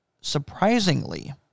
Surprisingly